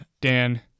Dan